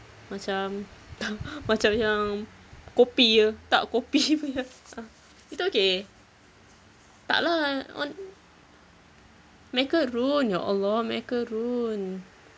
macam macam yang kopi ke tak kopi punya ah itu okay tak lah on macaron ya allah macaron